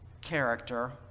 character